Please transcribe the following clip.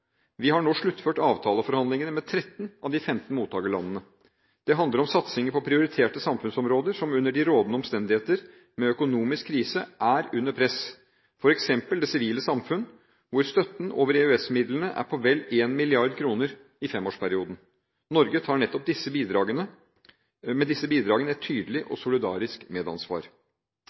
Vi har nå sluttført avtaleforhandlingene med 13 av de 15 mottakerlandene. Det handler om satsinger på prioriterte samfunnsområder, som under de rådende omstendigheter med økonomisk krise er under press, f.eks. det sivile samfunn, hvor støtten over EØS-midlene er på vel 1 mrd. kr i femårsperioden. Norge tar med nettopp disse bidragene et tydelig og solidarisk medansvar.